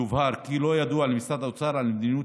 יובהר כי לא ידוע למשרד האוצר על מדיניות